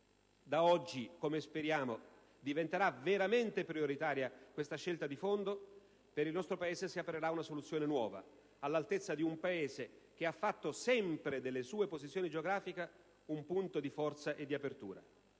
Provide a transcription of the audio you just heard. da oggi, come speriamo, diventerà veramente prioritaria questa scelta di fondo, per il nostro Paese si aprirà una soluzione nuova, all'altezza di un Paese che ha fatto sempre della sua posizione geografica un punto di forza e di apertura.